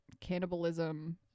cannibalism